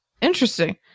Interesting